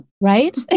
right